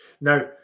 Now